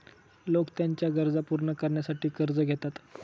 लोक त्यांच्या गरजा पूर्ण करण्यासाठी कर्ज घेतात